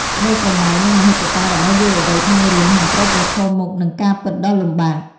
ក្តីស្រមៃ និងមហិច្ឆតារបស់យុវវ័យក្នុងរឿង នឹងត្រូវប្រឈមមុខនឹង ការពិតដ៏លំបាក ។